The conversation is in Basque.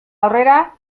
aurrera